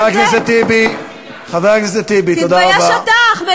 את שקרנית, תתביישי לך.